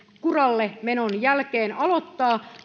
kuralle menon jälkeen aloittaa